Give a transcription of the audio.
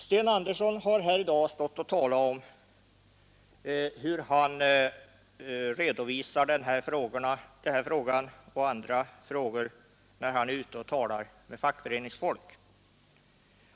Sten Andersson har här i dag stått och talat om hur han redovisar den här frågan och andra frågor när han är ute och talar med fackföreningsfolk.